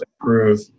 improve